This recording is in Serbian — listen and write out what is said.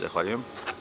Zahvaljujem.